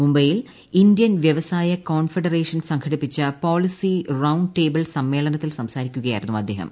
മുംബൈയിൽ ഇന്ത്യൻ വ്യവസായ കോൺഫഡറേഷൻ സംഘടിപ്പിച്ച പോളിസി റൌണ്ട് ടേബിൾ സമ്മേളനത്തിൽ സംസാരിക്കുകയായിരുന്നു അദ്ദേഹം